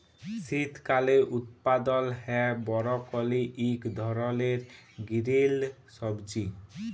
শীতকালে উৎপাদল হ্যয় বরকলি ইক ধরলের গিরিল সবজি